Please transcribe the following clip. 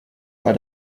bei